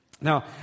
Now